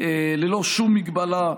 בלי שום הגבלה,